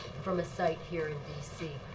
from a site here in d c.